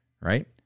right